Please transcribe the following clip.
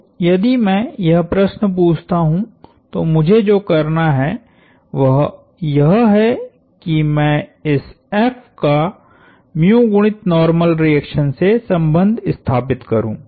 तो यदि मैं यह प्रश्न पूछता हूं तो मुझे जो करना है वह यह है कि मैं इस F कागुणित नार्मल रिएक्शन से संबंध स्थापित करू